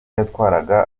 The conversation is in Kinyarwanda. yatwaraga